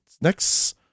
next